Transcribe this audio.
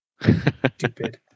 Stupid